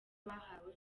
bahawe